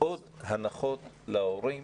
עוד הנחות להורים